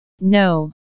No